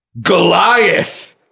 Goliath